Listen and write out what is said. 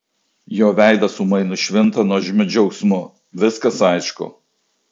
jo veidas ūmai nušvinta nuožmiu džiaugsmu viskas aišku